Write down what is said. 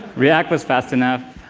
react was fast enough.